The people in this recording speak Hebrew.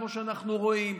כמו שאנחנו רואים,